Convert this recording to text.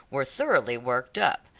were thoroughly worked up.